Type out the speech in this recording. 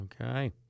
Okay